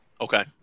Okay